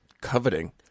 coveting